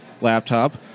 laptop